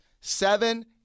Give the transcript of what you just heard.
seven